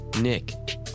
Nick